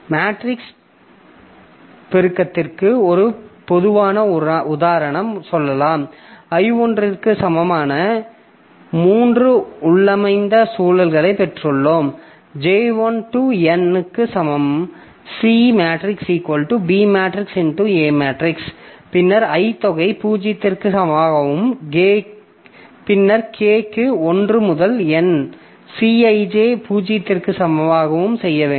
matrix பெருக்கத்திற்கு ஒரு பொதுவான உதாரணம் சொல்லலாம் I1 க்கு சமமான மூன்று உள்ளமைந்த சுழல்களைப் பெற்றுள்ளோம் J 1 to N க்கு சமம் C மேட்ரிக்ஸ் B மேட்ரிக்ஸில் x A மேட்ரிக்ஸ் பின்னர் i தொகை 0 க்கு சமமாகவும் பின்னர் K க்கு 1 முதல் N Cij 0 க்கு சமமாகவும் செய்ய வேண்டும்